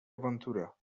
awantura